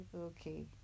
Okay